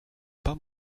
pas